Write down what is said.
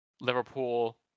Liverpool